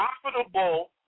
profitable